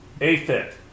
A-fit